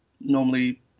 normally